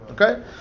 Okay